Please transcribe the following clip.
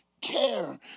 care